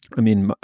i mean,